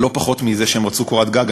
ולא פחות מזה שהם רצו קורת גג,